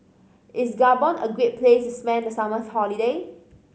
is Gabon a great place to spend the summer holiday